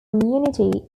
community